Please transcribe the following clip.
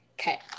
Okay